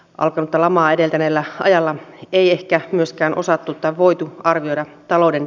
alkanutta lamaa edeltäneellä ajalla ei ehkä myöskään osattu tai voitu arvioida talouden